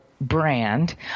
brand